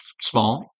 small